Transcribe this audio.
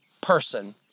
person